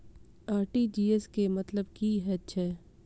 RTGS केँ मतलब की हएत छै?